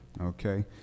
okay